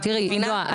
נועה,